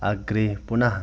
अग्रे पुनः